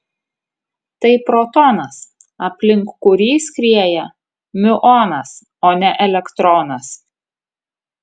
tai protonas aplink kurį skrieja miuonas o ne elektronas